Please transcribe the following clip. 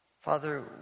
Father